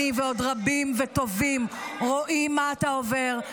אני ועוד רבים וטובים רואים מה אתה עובר,